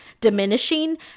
diminishing